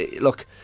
look